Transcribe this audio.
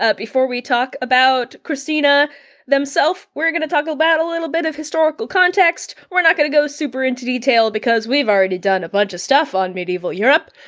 ah before we talk about kristina themself, we're gonna talk about a little bit of historical context. we're not going to go super into detail because we've already done a bunch of stuff on medieval europe.